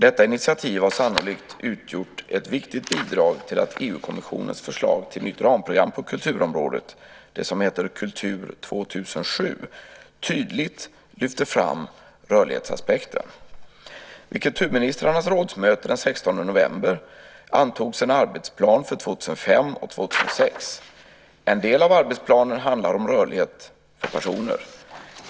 Detta initiativ har sannolikt utgjort ett viktigt bidrag till att EU-kommissionens förslag till nytt ramprogram på kulturområdet, Kultur 2007, tydligt lyfter fram rörlighetsaspekten. Vid kulturministrarnas rådsmöte den 16 november antogs en arbetsplan för 2005 och 2006. En del av arbetsplanen handlar om rörlighet för personer.